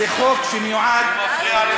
זה חוק שמיועד, הוא מפריע לישיבה.